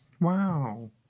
wow